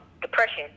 depression